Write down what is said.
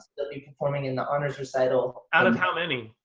they'll be performing in the honors recital out of how many?